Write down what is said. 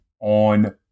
On